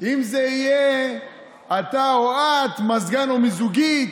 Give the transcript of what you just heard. אם זה יהיה אתה או את, מזגן או מיזוגית,